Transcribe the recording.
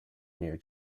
near